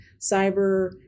cyber